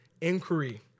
inquiry